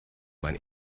man